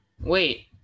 wait